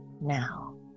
now